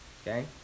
Okay